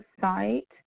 site